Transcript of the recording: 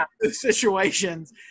situations